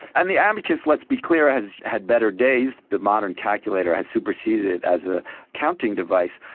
and the abacus, let's be clear, has had better days. the modern calculator has superseded it as a counting device.